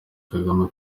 kagame